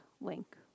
link